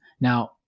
Now